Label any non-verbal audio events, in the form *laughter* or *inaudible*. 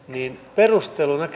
perusteluna *unintelligible*